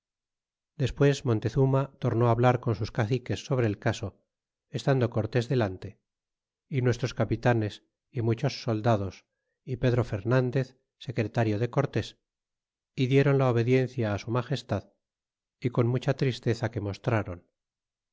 despues montezuma tornó hablar con sus caciques sobre el caso estando cortés delante é nuestros capitanes y muchos soldados y pedro fernandez secretario de cortés é diéron la obediencia su magestad y con mucha tristeza gue mostrron